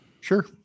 sure